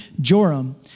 Joram